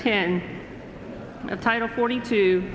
ten of title forty two